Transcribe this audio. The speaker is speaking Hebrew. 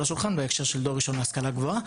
השולחן בהקשר של דור ראשון להשכלה גבוהה.